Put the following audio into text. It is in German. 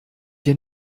dir